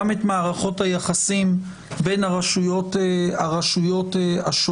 את מערכות היחסים בין הרשויות השונות.